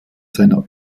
seiner